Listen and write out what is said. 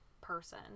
person